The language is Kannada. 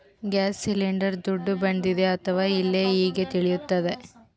ಗ್ಯಾಸ್ ಸಿಲಿಂಡರ್ ದುಡ್ಡು ಬಂದಿದೆ ಅಥವಾ ಇಲ್ಲ ಹೇಗೆ ತಿಳಿಯುತ್ತದೆ?